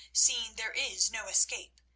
seeing there is no escape,